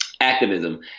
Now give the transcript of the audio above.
Activism